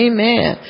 Amen